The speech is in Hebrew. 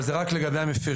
אבל זה רק חגבי המפרים.